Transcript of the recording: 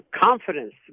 confidence